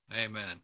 Amen